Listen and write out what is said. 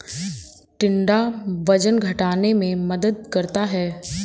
टिंडा वजन घटाने में मदद करता है